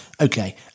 Okay